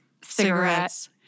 cigarettes